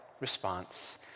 Response